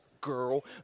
girl